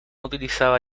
utilizaba